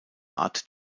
art